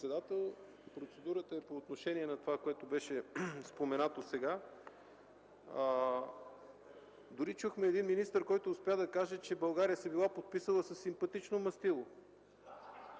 Процедурата е по отношение на това, което беше споменато сега. Дори чухме един министър, който успя да каже, че България се била подписала със симпатично мастило.